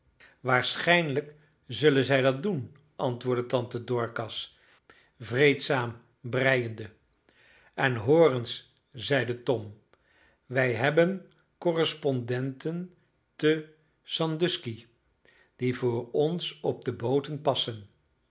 waarschijnlijk zullen zij dat doen antwoordde tante dorcas vreedzaam breiende en hoor eens zeide tom wij hebben correspondenten te sandusky die voor ons op de booten passen